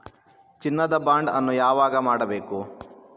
ಚಿನ್ನ ದ ಬಾಂಡ್ ಅನ್ನು ಯಾವಾಗ ಮಾಡಬೇಕು?